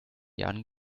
jahren